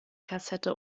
kassette